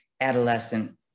adolescent